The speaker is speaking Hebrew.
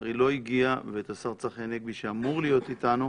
שלצערי לא הגיע ואת השר צחי הנגבי שאמור להיות איתנו.